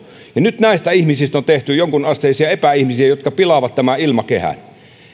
nyt näistä ihmisistä on tehty jonkunasteisia epäihmisiä jotka pilaavat ilmakehän tällaiset